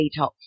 detox